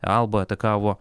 alba atakavo